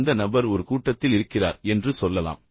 அந்த நபர் ஒரு கூட்டத்தில் இருக்கிறார் என்று சொல்லலாம்